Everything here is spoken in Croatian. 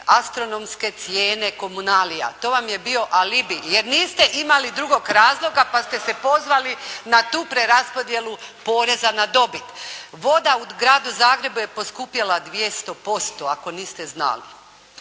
astronomske cijene komunalija, to vam je bio alibi, jer niste imali drugog razloga, pa ste se pozvali na tu preraspodjelu poreza na dobit. Voda u Gradu Zagrebu je poskupila 200%, ako niste znali.